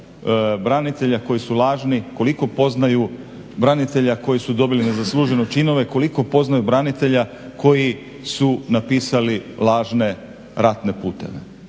branitelja koji su lažni, koliko poznaju branitelja koji su dobili nezasluženo činove, koliko poznaju branitelja koji su napisali lažne ratne puteve.